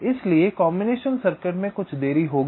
इसलिए combination circuit में कुछ देरी होगी